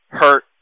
hurt